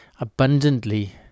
abundantly